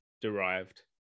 derived